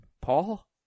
Paul